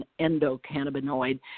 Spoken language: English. endocannabinoid